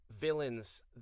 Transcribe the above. villains